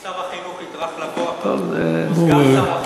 אם שר החינוך יטרח לבוא הפעם, או סגן שר החינוך.